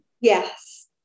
yes